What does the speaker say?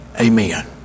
Amen